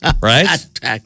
right